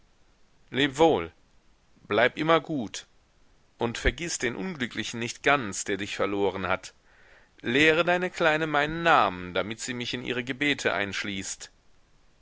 lebwohl bleib immer gut und vergiß den unglücklichen nicht ganz der dich verloren hat lehre deine kleine meinen namen damit sie mich in ihre gebete einschließt